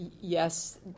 yes